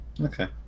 Okay